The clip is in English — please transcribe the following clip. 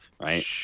right